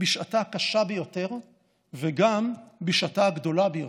בשעתה הקשה ביותר וגם בשעתה הגדולה ביותר.